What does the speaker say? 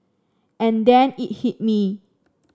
and then it hit me